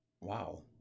Wow